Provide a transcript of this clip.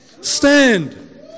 Stand